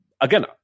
again